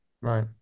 Right